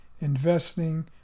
investing